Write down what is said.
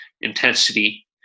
intensity